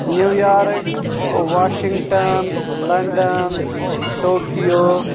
New York Washington London Tokyo